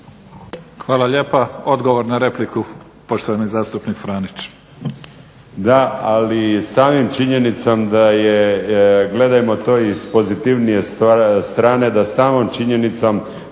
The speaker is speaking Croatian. Hvala lijepa. Odgovor na repliku, poštovani zastupnik Franić.